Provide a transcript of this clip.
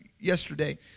yesterday